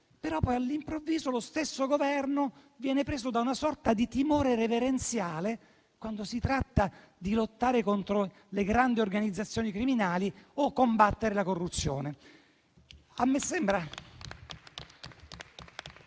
Però, poi, all'improvviso, lo stesso Governo viene preso da una sorta di timore reverenziale quando si tratta di lottare contro le grandi organizzazioni criminali o di combattere la corruzione.